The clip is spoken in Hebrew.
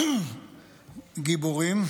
גיבורים,